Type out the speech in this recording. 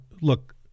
look